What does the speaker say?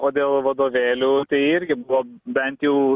o dėl vadovėlių tai irgi buvo bent jau